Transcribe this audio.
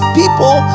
people